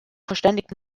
verständigt